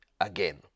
again